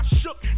shook